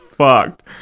fucked